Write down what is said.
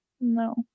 No